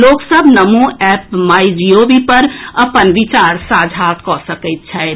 लोक सभ Namo app My Gov पर अपन विचार साझा कऽ सकैत छथि